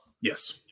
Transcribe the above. Yes